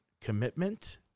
commitment